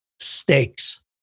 stakes